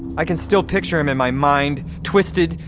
i can still picture him in my mind, twisted,